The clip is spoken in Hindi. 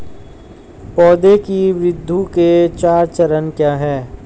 पौधे की वृद्धि के चार चरण क्या हैं?